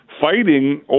fighting